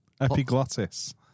epiglottis